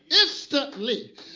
instantly